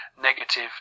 negative